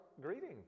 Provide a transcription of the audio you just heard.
greeting